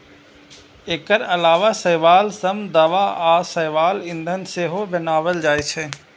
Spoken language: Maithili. एकर अलावा शैवाल सं दवा आ शैवाल ईंधन सेहो बनाएल जाइ छै